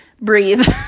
breathe